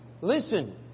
listen